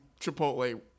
Chipotle